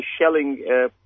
shelling